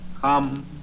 Come